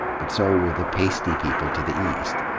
but so were the pasty people to the east.